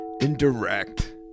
indirect